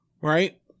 right